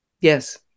Yes